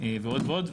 ועוד ועוד.